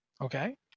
okay